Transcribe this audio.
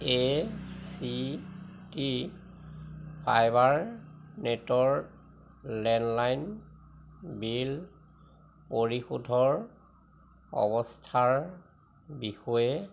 এ C T ফাইবাৰনেটৰ landline bill পৰিশোধৰ অৱস্থাৰ বিষয়ে